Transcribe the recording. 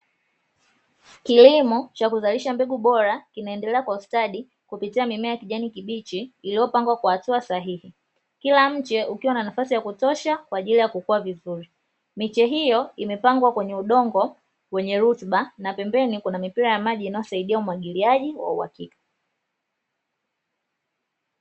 Kilimo cha kuzalisha mbegu bora kinaendelea kwa ustadi kupitia mimea ya kijani kibichi iliyopandwa kwa hatua sahihi, kila mche ukiwa na nafasi ya kutosha kwa ajili ya kukua vizuri. Miche hiyo imepandwa kwenye udongo wenye rutuba, na pembeni kuna mipira ya maji inayosaidia umwagiliaji wa uhakika.